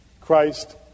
Christ